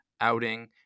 outing